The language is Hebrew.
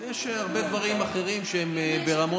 יש הרבה דברים אחרים שהם ברמות,